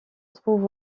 trouve